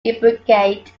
imbricate